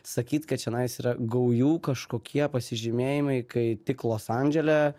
sakyt kad čianais yra gaujų kažkokie pasižymėjimai kai tik los andžele